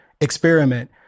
experiment